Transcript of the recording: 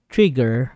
Trigger